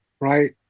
right